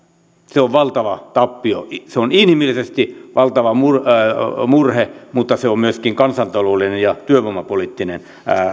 se on valtava tappio se on inhimillisesti valtava murhe murhe mutta se on myöskin kansantaloudellinen ja työvoimapoliittinen